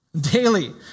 Daily